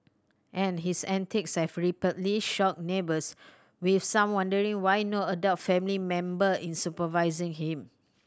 and his antics have repeatedly shocked neighbours with some wondering why no adult family member is supervising him